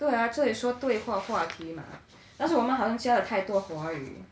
对 ah 这里说对话话题嘛但是我们好像加了太多华语